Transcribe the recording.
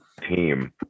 team